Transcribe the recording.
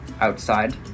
outside